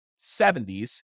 70s